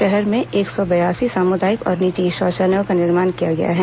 शहर में एक सौ बयासी सामुदायिक और निजी शौयालयों का निर्माण किया गया है